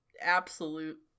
absolute